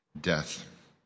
death